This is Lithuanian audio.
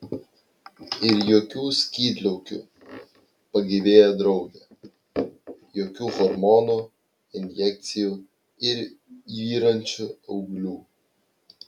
ir jokių skydliaukių pagyvėjo draugė jokių hormonų injekcijų ir yrančių auglių